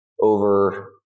over